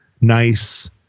nice